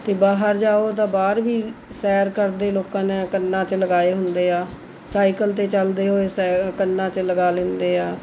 ਅਤੇ ਬਾਹਰ ਜਾਓ ਤਾਂ ਬਾਹਰ ਵੀ ਸੈਰ ਕਰਦੇ ਲੋਕਾਂ ਨੇ ਕੰਨਾਂ 'ਚ ਲਗਾਏ ਹੁੰਦੇ ਆ ਸਾਈਕਲ 'ਤੇ ਚੱਲਦੇ ਹੋਏ ਸ ਕੰਨਾਂ 'ਚ ਲਗਾ ਲੈਂਦੇ ਆ